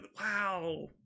wow